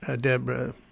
Deborah